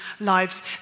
lives